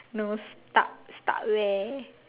nose stuck stuck where